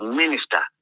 minister